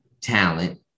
talent